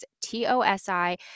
T-O-S-I